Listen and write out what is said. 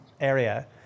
area